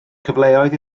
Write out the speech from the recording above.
cyfleoedd